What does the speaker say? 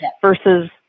versus